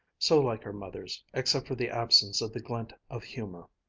so like her mother's, except for the absence of the glint of humor.